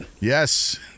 Yes